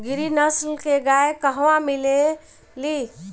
गिरी नस्ल के गाय कहवा मिले लि?